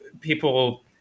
people